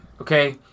Okay